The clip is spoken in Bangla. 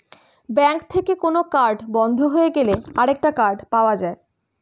ব্যাঙ্ক থেকে কোন কার্ড বন্ধ হয়ে গেলে আরেকটা কার্ড পাওয়া যায়